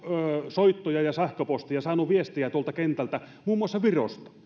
soittoja ja sähköposteja ja saanut viestejä tuolta kentältä muun muassa virosta